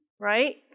Right